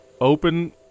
Open